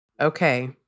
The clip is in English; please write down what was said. Okay